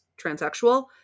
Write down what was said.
transsexual